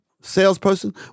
salesperson